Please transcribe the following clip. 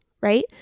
right